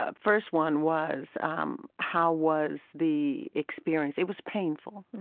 ah first one was um how was the experience. it was painful.